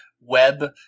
web